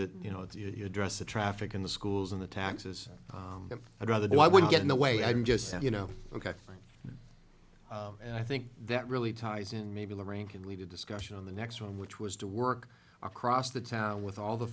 it you know if you address the traffic in the schools on the taxes i'd rather do i would get in the way i'm just you know ok and i think that really ties in maybe lorraine can lead a discussion on the next one which was to work across the town with all the